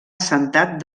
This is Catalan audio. assentat